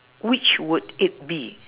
which would it be